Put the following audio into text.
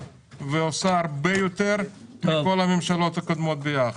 ועושה הרבה יותר מכל הממשלות הקודמות ביחד.